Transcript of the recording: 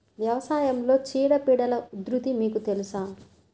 వ్యవసాయంలో చీడపీడల ఉధృతి మీకు తెలుసా?